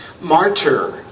Martyr